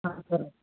సరే